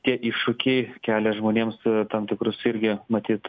tie iššūkiai kelia žmonėms tam tikrus irgi matyt